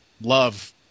love